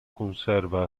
conserva